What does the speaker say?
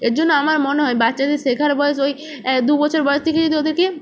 এর জন্য আমার মনে হয় বাচ্চাদের শেখার বয়স ওই দু বছর বয়স থেকে যদি ওদেরকে